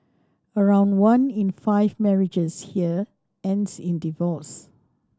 around one in five marriages here ends in divorce